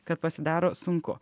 kad pasidaro sunku